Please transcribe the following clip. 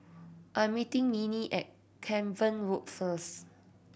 I'm meeting Minnie at Cavan Road first